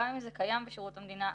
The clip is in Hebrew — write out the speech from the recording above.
גם אם זה קיים בשירות המדינה,